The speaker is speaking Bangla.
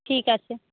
ঠিক আছে